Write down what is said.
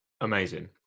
Amazing